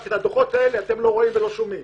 את הדוחות שהזכרתי אתם לא רואים ולא שומעים.